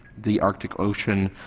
the arctic ocean,